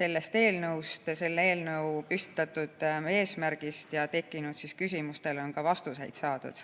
sellest eelnõust ja selle eelnõu eesmärgist ning tekkinud küsimustele on ka vastuseid saadud.